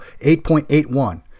8.81